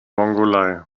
mongolei